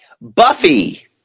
Buffy